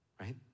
right